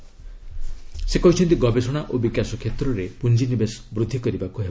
ପ୍ରଧାନମନ୍ତ୍ରୀ କହିଛନ୍ତି ଗବେଷଣା ଓ ବିକାଶ କ୍ଷେତ୍ରରେ ପୁଞ୍ଜିନିବେଶ ବୃଦ୍ଧି କରିବାକୁ ହେବ